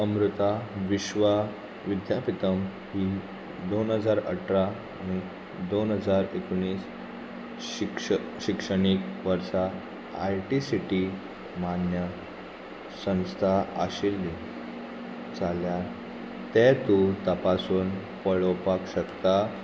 अमृता विश्वा विद्यापिठम ही दोन हजार अठरा आनी दोन हजार एकुणीस शिक्ष शिक्षणीक वर्सा I T C T E मान्य संस्था आशिल्ली जाल्यार तें तूं तपासून पळोवपाक शकता